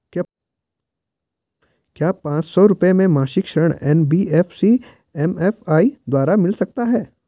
क्या पांच सौ रुपए मासिक ऋण एन.बी.एफ.सी एम.एफ.आई द्वारा मिल सकता है?